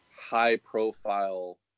high-profile